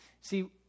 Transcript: See